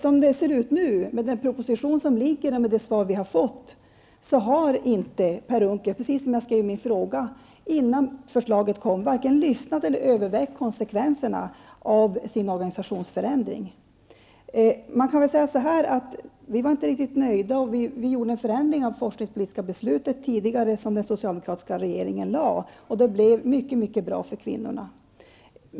Som det ser ut nu, med den proposition som framlagts och med det svar vi fått, har inte Per Unckel -- precis som jag skrev i min fråga innan förslaget kom -- vare sig lyssnat eller övervägt konsekvenserna av sin organisationsförändring. Vi var inte riktigt nöjda och gjorde en förändring av det forskningspolitiska beslut som den socialdemokratiska regeringen föreslog. Det blev mycket bra för kvinnorna.